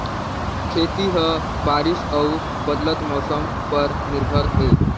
खेती ह बारिश अऊ बदलत मौसम पर निर्भर हे